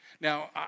Now